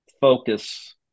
focus